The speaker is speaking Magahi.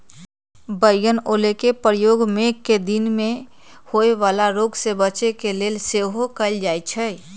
बइगनि ओलके प्रयोग मेघकें दिन में होय वला रोग से बच्चे के लेल सेहो कएल जाइ छइ